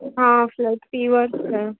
હા એટલે ફીવર છે